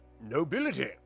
Nobility